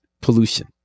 pollution